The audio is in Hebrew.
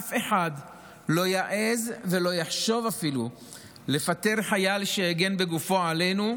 אף אחד לא יעז ואפילו לא יחשוב לפטר חייל שהגן בגופו עלינו,